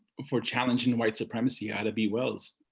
for challenging the white supremacy ida b. wells,